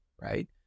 right